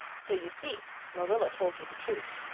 so you see marilla told you the truth.